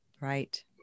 right